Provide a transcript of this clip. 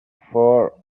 for